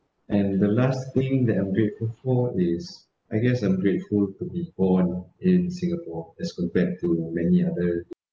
and the last thing that I'm grateful for is I guess I'm grateful to be born in singapore as compared to many other